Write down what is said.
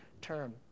term